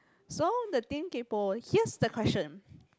so the theme kaypo here's the question